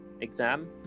exam